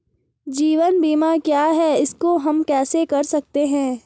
जीवन बीमा क्या है इसको हम कैसे कर सकते हैं?